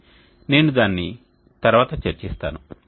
కానీ నేను దానిని తరువాత చర్చిస్తాను